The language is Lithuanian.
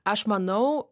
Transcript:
aš manau